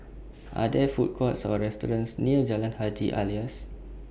Are There Food Courts Or restaurants near Jalan Haji Alias